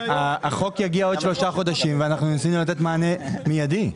החוק יגיע עוד שלושה חודשים ואנחנו ניסינו לתת מענה מיידי.